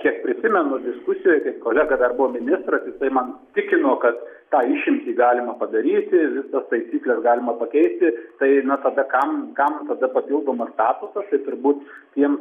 kiek prisimenu diskusijoj kolega dar buvo ministras jisai man tikino kad tą išimtį galima padaryti visas taisykles galima pakeisti tai na tada kam kam tada papildomas statusas tai turbūt tiems